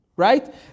right